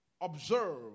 Observe